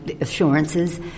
assurances